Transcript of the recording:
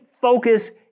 focus